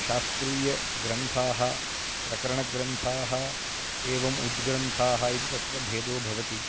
शास्त्रीयग्रन्थाः प्रकरणग्रन्थाः एवम् उद्ग्रन्थाः इति तत्र भेदो भवति